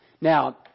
Now